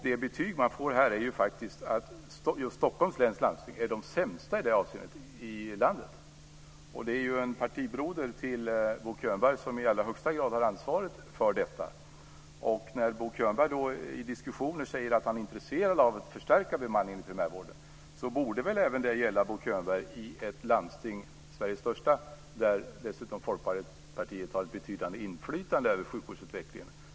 Det betyg man får här är ju faktiskt att just Stockholms läns landsting är det sämsta i landet i det avseendet. Det är ju en partibroder till Bo Könberg som i allra högsta grad har ansvaret för detta. När Bo Könberg i diskussioner säger att han är intresserad av att förstärka bemanningen borde väl det även gälla, Bo Könberg, i det landsting som är Sveriges största, och där dessutom Folkpartiet har ett betydande inflytande när det gäller sjukvårdsutvecklingen?